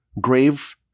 grave